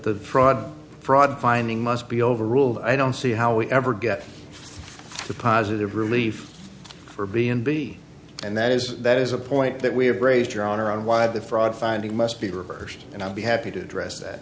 the fraud fraud finding must be overruled i don't see how we ever get the positive relief for b and b and that is that is a point that we have raised your honor on why the fraud finding must be reversed and i'd be happy to address that